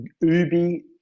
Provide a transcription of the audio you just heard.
UBI